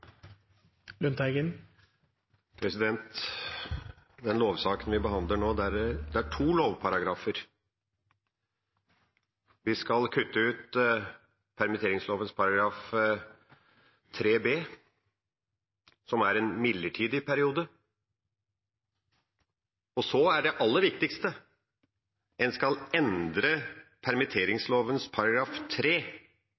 Den lovsaken vi behandler nå, gjelder to lovparagrafer. Vi skal kutte ut permitteringslovens § 3 b, som er for en midlertidig periode, og så, og det aller viktigste: En skal endre